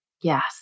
Yes